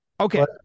Okay